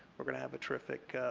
we're going to have a terrific